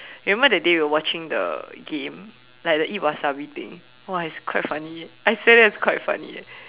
remember the day when we were watching the game like the eat wasabi thing !wah! it's quite funny eh I swear that was quite funny eh